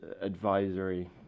advisory